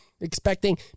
expecting